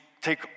take